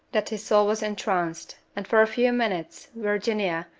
that his soul was entranced, and for a few minutes virginia,